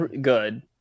good